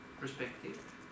perspective